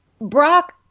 Brock